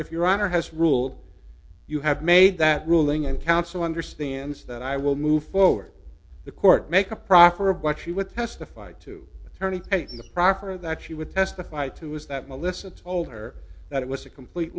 if your honor has ruled you have made that ruling and counsel understands that i will move forward the court make a proper of what she would testify to attorney and the proper that she would testify to is that melissa told her that it was a complete